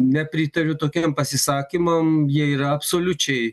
nepritariu tokiem pasisakymam jie yra absoliučiai